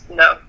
no